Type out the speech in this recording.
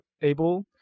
able